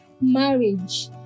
marriage